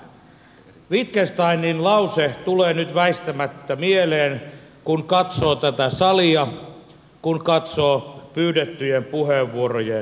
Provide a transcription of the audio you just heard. ja tämä wittgensteinin lause tulee nyt väistämättä mieleen kun katsoo tätä salia kun katsoo pyydettyjen puheenvuorojen listaa